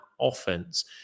offense